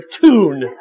tune